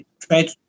Try